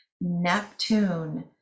Neptune